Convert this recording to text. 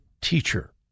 teacher